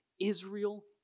Israel